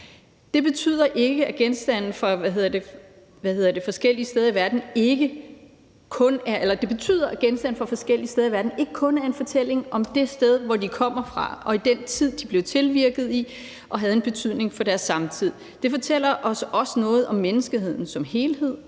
Det betyder, at genstande fra forskellige steder i verden ikke kun er en fortælling om det sted, hvor de kommer fra, og den tid, hvor de blev tilvirket og havde en betydning. Det fortæller os også noget om menneskeheden som helhed,